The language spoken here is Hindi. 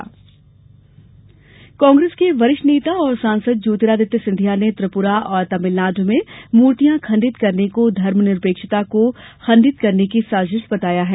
सिंधिया पीसी कांग्रेस के वरिष्ठ नेता और सांसद ज्योतिरादित्य सिंधिया ने त्रिपुरा और तमिलनाडू में मूर्तियां खण्डित करने को धर्म निरपेक्षता को खंडित करने की साजिश बताया है